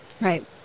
Right